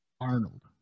Arnold